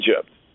Egypt